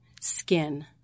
skin